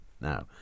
Now